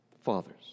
fathers